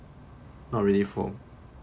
not really for